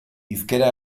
hizkera